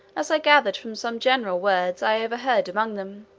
as i gathered from some general words i overheard among them,